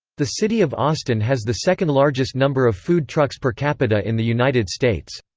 the city of austin has the second-largest number of food trucks per capita in the united states.